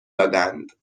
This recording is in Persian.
دادند